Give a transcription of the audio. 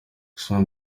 snoop